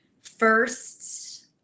first